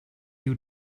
you